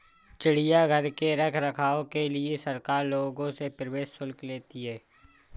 चिड़ियाघर के रख रखाव के लिए सरकार लोगों से प्रवेश शुल्क लेती है